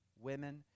women